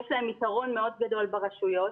יש להם יתרון מאוד גדול ברשויות.